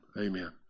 Amen